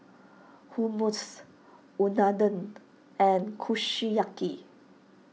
Hummus Unadon and Kushiyaki